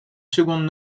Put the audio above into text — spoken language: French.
secondes